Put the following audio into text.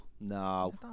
No